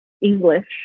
English